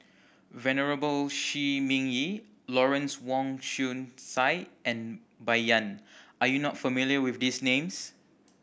Venerable Shi Ming Yi Lawrence Wong Shyun Tsai and Bai Yan are you not familiar with these names